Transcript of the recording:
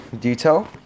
detail